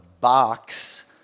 box